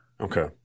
okay